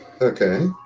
Okay